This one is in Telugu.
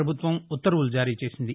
ప్రపభుత్వం ఉత్తర్వులు జారీ చేసింది